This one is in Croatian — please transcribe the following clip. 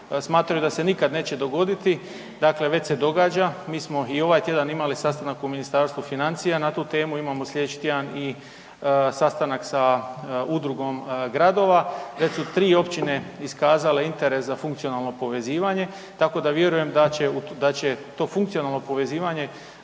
smatraju da se nikad neće dogoditi, dakle već se događa, mi smo i ovaj tjedan imali sastanak u Ministarstvu financija na tu temu, imamo slijedeći tjedan i sastanaka sam Udrugom gradova, već su 3 općine iskazale interes za funkcionalno povezivanje tako da vjerujem da će to funkcionalno povezivanje